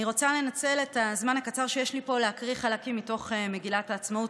אני רוצה לנצל את הזמן הקצר שיש לי פה להקריא חלקים ממגילת העצמאות,